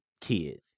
kid